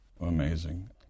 Amazing